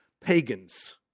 pagans